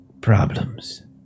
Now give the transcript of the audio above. problems